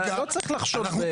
לא צריך לחשוב בכל שאלה.